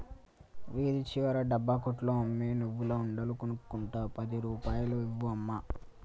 వీధి చివర డబ్బా కొట్లో అమ్మే నువ్వుల ఉండలు కొనుక్కుంట పది రూపాయలు ఇవ్వు అమ్మా